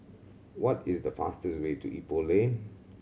what is the fastest way to Ipoh Lane